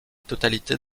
totalité